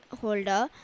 holder